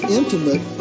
intimate